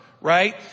right